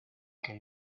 que